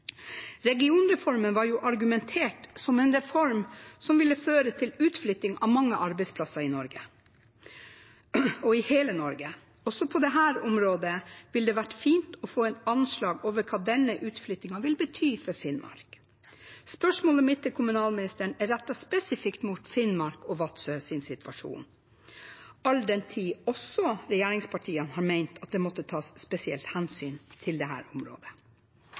Regionreformen var jo argumentert som en reform som ville føre til utflytting av mange arbeidsplasser i hele Norge. Også på dette området ville det vært fint å få et anslag over hva denne utflyttingen vil bety for Finnmark. Spørsmålet mitt til kommunalministeren er rettet spesifikt mot Finnmark og Vadsøs situasjon, all den tid også regjeringspartiene har ment at det måtte tas spesielt hensyn til dette området: